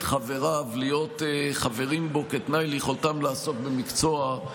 חבריו להיות חברים בו כתנאי ליכולתם לעסוק במקצוע,